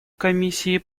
комиссии